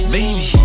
Baby